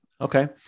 Okay